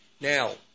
Now